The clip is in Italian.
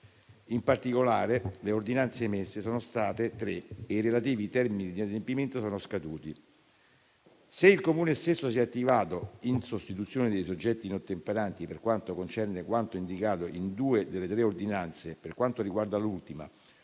In particolare, le ordinanze emesse sono state tre e i relativi termini di adempimento sono scaduti. Se il Comune stesso si è attivato in sostituzione dei soggetti inottemperanti per quanto indicato in due delle tre ordinanze, per quanto riguarda l'ultima